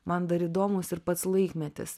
man dar įdomus ir pats laikmetis